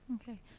Okay